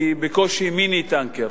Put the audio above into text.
היא בקושי "מיני-טנקר".